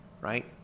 right